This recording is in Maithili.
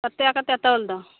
कतेक कतेक तौल दू